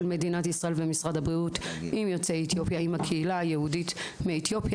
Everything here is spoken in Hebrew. משרד הבריאות ובני הקהילה היהודית מאתיופיה,